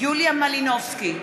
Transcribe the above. יוליה מלינובסקי,